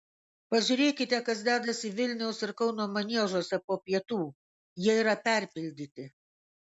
pažiūrėkite kas dedasi vilniaus ir kauno maniežuose po pietų jie yra perpildyti